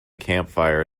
campfire